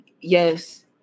yes